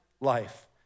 life